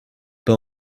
pas